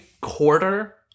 quarter